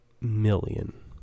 million